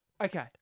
Okay